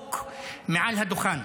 החוק מעל הדוכן,